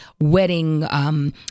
wedding